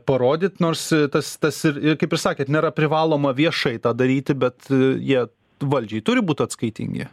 parodyt nors tas tas ir ir kaip ir sakėt nėra privaloma viešai tą daryti bet jie valdžiai turi būt atskaitingi